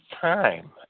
time